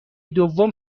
دوم